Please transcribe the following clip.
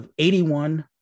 81